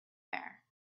there